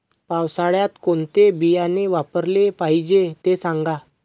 पावसाळ्यात कोणते बियाणे वापरले पाहिजे ते सांगा